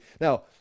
Now